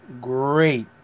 great